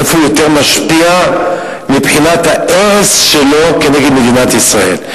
איפה הוא יותר משפיע מבחינת הארס שלו כנגד מדינת ישראל.